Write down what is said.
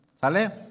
¿Sale